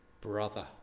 brother